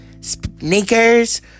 Sneakers